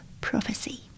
prophecy